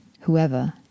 whoever